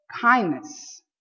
kindness